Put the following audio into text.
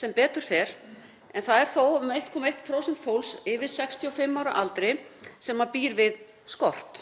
sem betur fer, en það er þó um 1,1% fólks yfir 65 ára aldri sem býr við skort